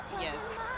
Yes